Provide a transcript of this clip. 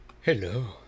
Hello